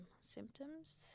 symptoms